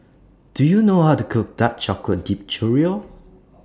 Do YOU know How to Cook Dark Chocolate Dipped Churro